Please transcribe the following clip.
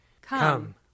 Come